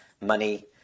Money